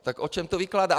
Tak o čem to vykládáte?